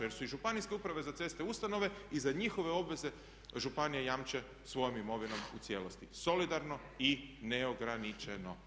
Jer su i županijske Uprave za ceste ustanove i za njihove obveze županije jamče svojom imovinom u cijelosti, solidarno i neograničeno.